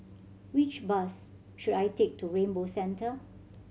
which bus should I take to Rainbow Centre